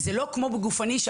זה לא כמו בפן הגופני,